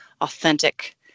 authentic